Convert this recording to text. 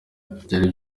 byari